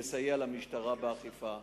לסייע למשטרה באכיפה.